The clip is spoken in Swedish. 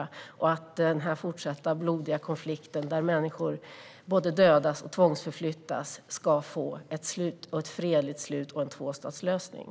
Jag hoppas också att den fortsatta blodiga konflikten där människor både dödas och tvångsförflyttas ska få ett fredligt slut och en tvåstatslösning.